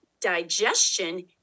digestion